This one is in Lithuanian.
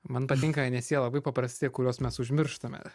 man patinka nes jie labai paprasti kuriuos mes užmirštame